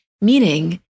meaning